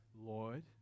lord